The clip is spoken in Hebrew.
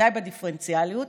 בוודאי בדיפרנציאליות,